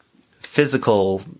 physical